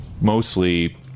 mostly